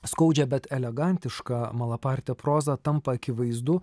skaudžią bet elegantišką malaparte prozą tampa akivaizdu